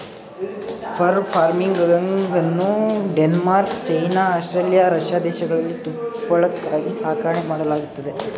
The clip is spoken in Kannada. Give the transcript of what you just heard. ಫರ್ ಫಾರ್ಮಿಂಗನ್ನು ಡೆನ್ಮಾರ್ಕ್, ಚೈನಾ, ಆಸ್ಟ್ರೇಲಿಯಾ, ರಷ್ಯಾ ದೇಶಗಳಲ್ಲಿ ತುಪ್ಪಳಕ್ಕಾಗಿ ಸಾಕಣೆ ಮಾಡಲಾಗತ್ತದೆ